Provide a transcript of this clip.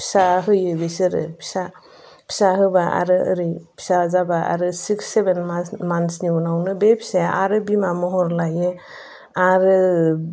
फिसा होयो बिसोरो फिसा होबा आरो ओरै फिसा जाबा आरो सिक्स सेभेन मानथ्सनि उनावनो बे फिसाया आरो बिमा महर लायो आरो